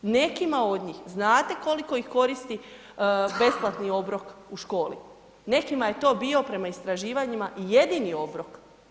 Nekima od njih znate koliko ih koristi besplatni obrok u školi, nekima je to bio prema istraživanjima i jedini obrok.